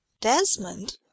Desmond